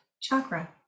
chakra